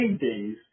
days